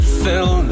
fill